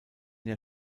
jahr